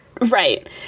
Right